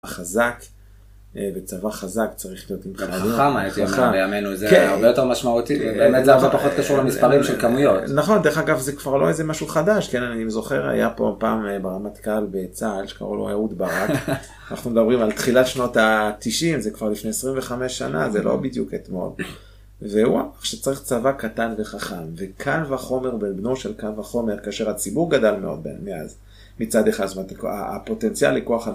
החזק, וצבא חזק צריך להיות עם חכם. גם חכם הייתי אומר בימינו, זה היה הרבה יותר משמעותי, באמת זה הרבה פחות קשור למספרים של כמויות. נכון, דרך אגב, זה כבר לא איזה משהו חדש, כן, אני זוכר, היה פה פעם רמטכ"ל בצה"ל, שקראו לו היעוד ברק, אנחנו מדברים על תחילת שנות ה-90, זה כבר לפני 25 שנה, זה לא בדיוק אתמול. והוא, שצריך צבא קטן וחכם, וקל וחומר בן בנו של קל וחומר, כאשר הציבור גדל מאוד מאז, מצד אחד, זאת אומרת, הפוטנציאל לכוח